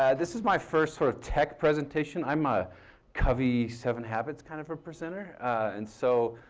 ah this is my first sort of tech presentation. i'm a covey seven habits kind of a presenter and so,